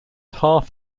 half